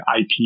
IP